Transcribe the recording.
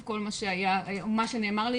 מה שנאמר לי,